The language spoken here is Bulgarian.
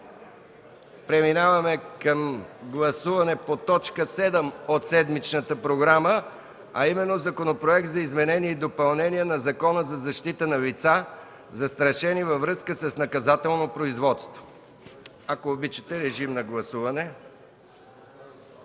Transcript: преминаваме към гласуване по т. 7 от седмичната програма, а именно Законопроект за изменение и допълнение на Закона за защита на лица, застрашени във връзка с наказателно производство. Моля, гласувайте.